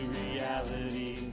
reality